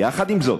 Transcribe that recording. יחד עם זאת,